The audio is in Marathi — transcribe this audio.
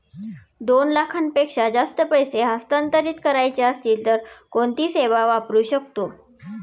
दोन लाखांपेक्षा जास्त पैसे हस्तांतरित करायचे असतील तर कोणती सेवा वापरू शकतो?